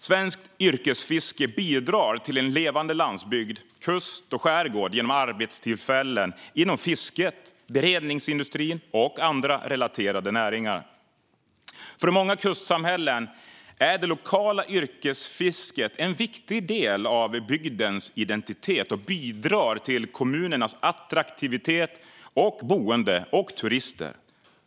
Svenskt yrkesfiske bidrar till en levande landsbygd, kust och skärgård genom arbetstillfällen inom fisket, beredningsindustrin och andra relaterade näringar. För många kustsamhällen är det lokala yrkesfisket en viktig del av bygdens identitet och bidrar till kommunernas attraktivitet för boende och turister.